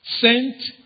Sent